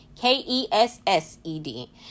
K-E-S-S-E-D